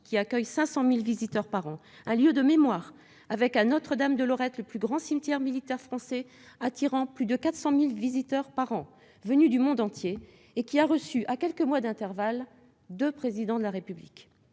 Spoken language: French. qui accueille 500 000 visiteurs par an, mais aussi un lieu de mémoire avec, à Notre-Dame-de-Lorette, le plus grand cimetière militaire français- il attire plus de 400 000 visiteurs par an venus du monde entier et a reçu, à quelques mois d'intervalle, la visite de deux présidents de la République.